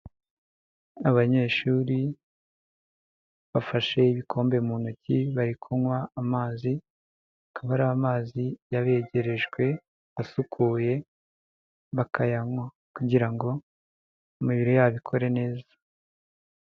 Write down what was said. Abanyeshuri bafashe ibikombe mu ntoki bari kunywa amazi, akaba ari amazi yabegerejwe asukuye, bakayanywa kugira ngo amabiri yabo ikore neza.